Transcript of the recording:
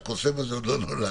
הקוסם הזה עוד לא נולד.